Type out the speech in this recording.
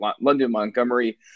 London-Montgomery